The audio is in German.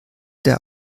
der